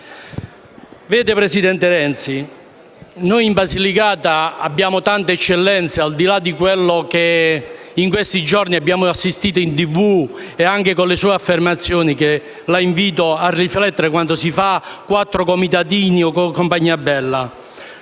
Presidente Renzi, noi in Basilicata abbiamo tante eccellenze, al di là di quello a cui in questi giorni abbiamo assistito in TV e anche delle sue affermazioni. E la invito a riflettere quando parla di «quattro comitatini» e compagnia bella.